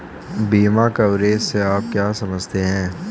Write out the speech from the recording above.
बीमा कवरेज से आप क्या समझते हैं?